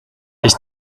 ich